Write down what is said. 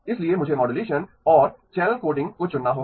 इसलिए मुझे मॉड्यूलेशन और चैनल कोडिंग को चुनना होगा